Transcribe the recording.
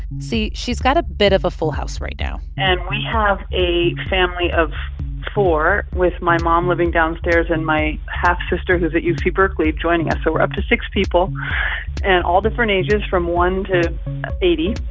see, she's got a bit of a full house right now and we have a family of four with my mom living downstairs and my half-sister, who is at yeah uc berkeley, joining us. so we're up to six people and all different ages from one to eighty,